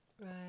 right